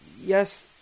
yes